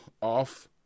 off